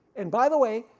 and by the way,